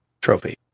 trophy